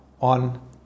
on